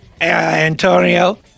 Antonio